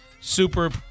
super